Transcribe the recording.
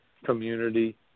community